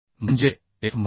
म्हणजे F म्हणजे Cf